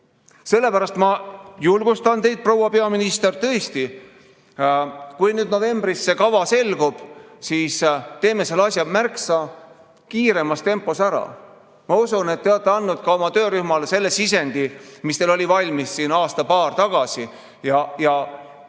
Sellepärast ma julgustan teid, proua peaminister: tõesti, kui nüüd novembris see kava selgub, siis teeme selle asja märksa kiiremas tempos ära! Ma usun, et te olete andnud ka oma töörühmale selle sisendi, mis teil oli valmis aasta-paar tagasi.